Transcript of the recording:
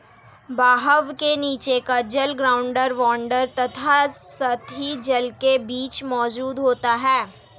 बहाव के नीचे का जल ग्राउंड वॉटर तथा सतही जल के बीच मौजूद होता है